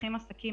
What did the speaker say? פותחים עסקים,